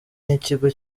n’ikigo